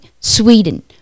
Sweden